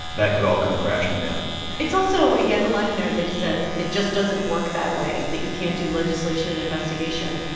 that could all come crashing down it's also he has a line in there that just says, it just doesn't work that way, that you can't do legislation and investigation.